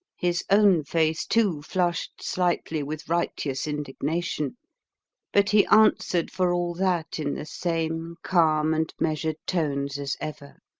his own face, too, flushed slightly with righteous indignation but he answered for all that in the same calm and measured tones as ever